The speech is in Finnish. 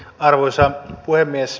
arvoisa puhemies